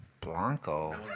Blanco